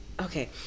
Okay